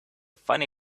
funny